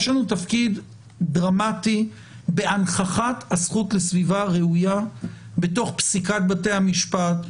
יש לנו תפקיד דרמטי בהנכחת הזכות לסביבה ראויה בתוך פסיקת בתי המשפט,